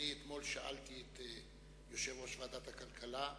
אתמול שאלתי את יושב-ראש ועדת הכלכלה.